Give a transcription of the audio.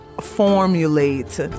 formulate